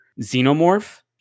xenomorph